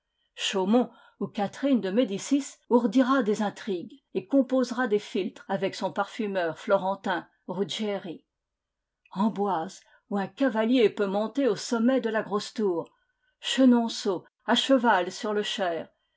chaumont où catherine de médicis ourdira des intrigues et composera des philtres avec son parfumeur florentin ruggieri amboise où un cavalier peut inonter au sommet de la grosse tour chenonceaux à cheval sur le cher